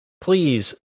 please